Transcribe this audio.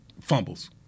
fumbles